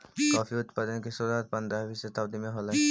coffee उत्पादन की शुरुआत पंद्रहवी शताब्दी में होलई